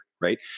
right